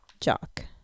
Jock